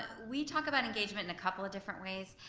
we talk about engagement in a couple of different ways.